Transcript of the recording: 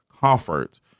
comfort